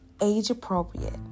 age-appropriate